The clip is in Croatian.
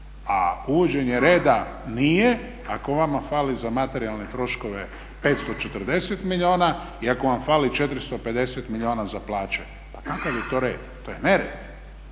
A uvođenje reda nije ako vama fali za materijalne troškove 540 milijuna i ako vam fali 450 milijuna za plaće. Pa kakav je to red? To je nered.